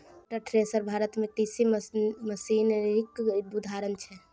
tractor, thresher Bharat मे कृषि मशीनरीक उदाहरण छै